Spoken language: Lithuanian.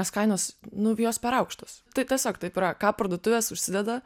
nes kainos nu jos per aukštos tai tiesiog taip yra ką parduotuvės užsideda